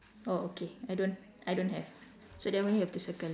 oh okay I don't I don't have so that one we have to circle